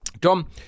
Tom